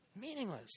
Meaningless